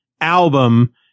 album